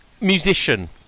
musician